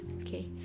okay